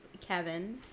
Kevin